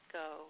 go